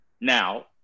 Now